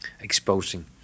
exposing